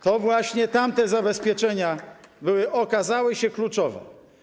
To właśnie tamte zabezpieczenia okazały się kluczowe.